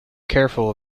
careful